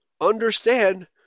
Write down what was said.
understand